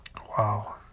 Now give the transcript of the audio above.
Wow